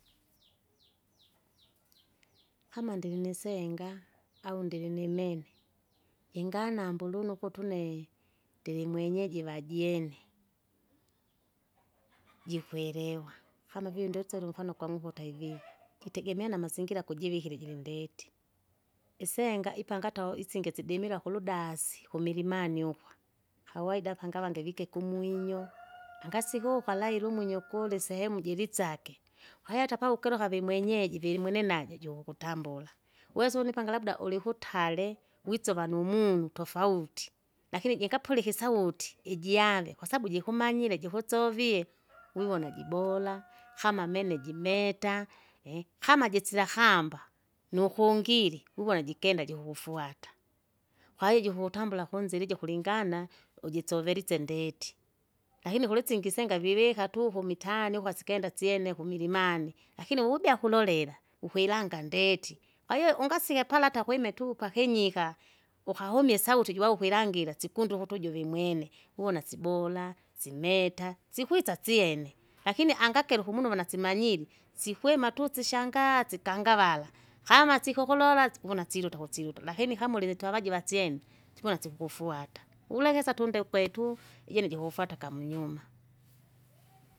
kama ndiri nisenga, au ndiri nimene, ingana mburunu ukuti une, ndirimwenyeji vajeje, jikwerewa, kama vile ndiutsila umfano kwang'uku utaivia, jitegemeana masingira kujivikira ijirindeti. Isenga ipangatao isingi sidimira kuludasi, kumilimamani ukwa, kawaida panga wange vike kumwinyo, nangasihuka laila umwinyo kule isehemu jirisake. Kwahiyo hata kawa ukirya kavimwenyeji virimwenaje jukukutambula, uwesa une panga labda ulihutare witse vanumunu tofauti, lakini jingapulika isauti, ijaave kwasabu jikumanyire jikutsovie wiwona jibora, kama meme jimeta, kama jisira kamba, nukungiri, wiwona jikenda jikukufwata. Kwahiyo jikukutambura kunziri ijo kulingana! ujisovelise ndeti. Lakini kulisingi singa vivika tuku mitaani uko asikenda syene kumilimani, lakini ubya kulolela, ukwilanaga ndeti kwahiyo ungasika pala ata kwime tu pakinyika, ukahume isauti juvau ukwilangira sikundu ukutu juvimwene uwona sibora, simeta, sikwisa syene, lakini angakera ukumunuvu nasimanyiri, sikwima tu sishangazi kangavara, kama sikokololasi vunasiruta kusiruta lakini kama urinitavajiva syene, sivona sikukufwata, ulekesa tunde kwetu ijini jikufwata kamunyuma.